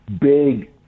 big